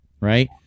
right